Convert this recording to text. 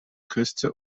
küste